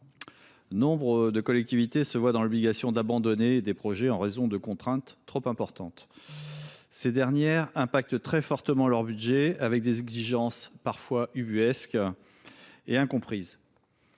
nombre de collectivités se voient dans l’obligation d’abandonner des projets en raison de contraintes trop importantes qui impactent très fortement leurs budgets. Ces exigences, parfois ubuesques, sont incomprises.